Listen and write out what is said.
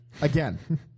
Again